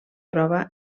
prova